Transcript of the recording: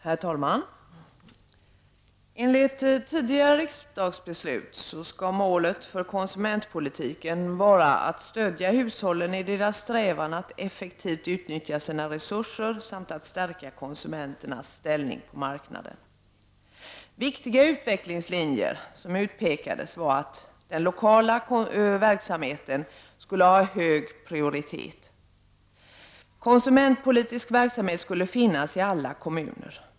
Herr talman! Enligt tidigare riksdagsbeslut skall målet för konsumentpolitiken vara att stödja hushållen i deras strävan att effektivt utnyttja sina resurser samt att stärka konsumenternas ställning på marknaden. Viktiga utvecklingslinjer som utpekades var att den lokala verksamheten skulle ha hög prioritet. Konsumentpolitisk verksamhet skulle finnas i alla kommuner.